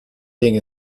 being